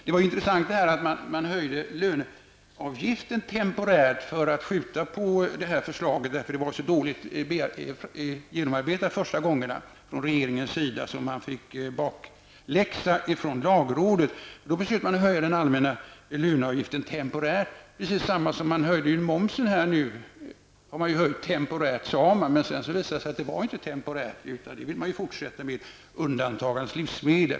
Det var intressant att man höjde löneavgiften temporärt för att skjuta på detta förslag, eftersom det var så dåligt genomarbetat de första gångerna från regeringens sida att regeringen fick bakläxa från lagrådet. Då försökte regeringen höja den allmänna löneavgiften temporärt. På samma sätt sade regeringen att den skulle höja momsen temporärt, men sedan visade det sig att det inte var temporärt utan regeringen vill att denna höjning skall fortsätta att gälla utom för livsmedel.